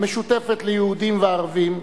המשותפת ליהודים וערבים,